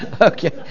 Okay